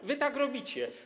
A wy tak robicie.